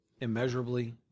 immeasurably